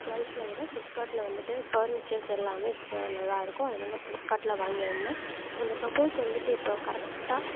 ஜுவெல்ஸ்ஸை விட ஃப்ளிப்கார்ட்டில் வந்துட்டு பர்னிச்சர்ஸ் எல்லாமே நல்லாயிருக்கும் அதனால் ஃப்ளிப்கார்ட்டில் வாங்கியிருந்தேன் அந்த கபோர்டு வந்துட்டு இப்போ கரெக்டாக